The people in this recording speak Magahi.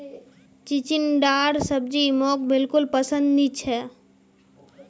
चिचिण्डार सब्जी मोक बिल्कुल पसंद नी छ